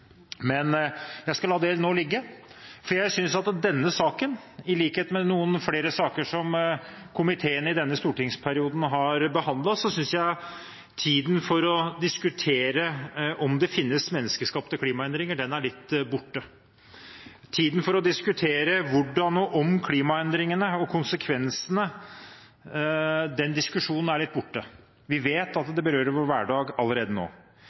Men jeg skal nå la det ligge, for jeg synes at når det gjelder denne saken, i likhet med noen flere saker som komiteen har behandlet i denne stortingsperioden, er tiden for å diskutere om det finnes menneskeskapte klimaendringer litt borte. Hvordan klimaendringene har oppstått og konsekvensene – den diskusjonen er litt borte. Vi vet at det berører vår hverdag allerede nå.